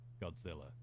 Godzilla